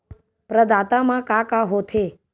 प्रदाता मा का का हो थे?